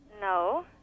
no